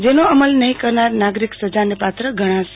જેનો અમલ નહીં કરનાર નાગરિક સજાને પાત્ર ગણાશે